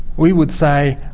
we would say,